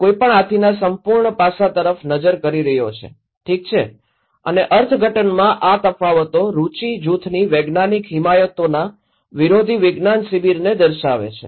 કોઈ પણ હાથીના સંપૂર્ણ પાસા તરફ નજર કરી રહ્યો છે ઠીક છે અને અર્થઘટનમાં આ તફાવતો રુચિ જૂથની વૈજ્ઞાનિક હિમાયતીઓના વિરોધી વિજ્ઞાન શિબિરને દર્શાવે છે